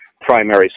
primary